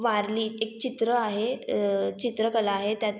वारली एक चित्र आहे चित्रकला आहे त्यात